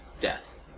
death